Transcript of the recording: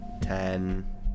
Ten